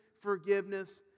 forgiveness